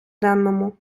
денному